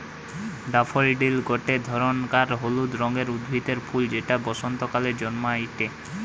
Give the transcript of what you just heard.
daffodil গটে ধরণকার হলুদ রঙের উদ্ভিদের ফুল যেটা বসন্তকালে জন্মাইটে